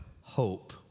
hope